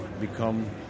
become